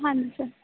ਹਾਂਜੀ ਸਰ